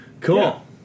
Cool